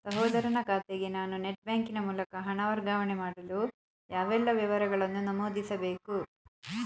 ಸಹೋದರನ ಖಾತೆಗೆ ನಾನು ನೆಟ್ ಬ್ಯಾಂಕಿನ ಮೂಲಕ ಹಣ ವರ್ಗಾವಣೆ ಮಾಡಲು ಯಾವೆಲ್ಲ ವಿವರಗಳನ್ನು ನಮೂದಿಸಬೇಕು?